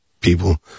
people